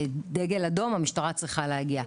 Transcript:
דגל אדום, המשטרה צריכה להגיע.